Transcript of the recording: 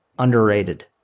underrated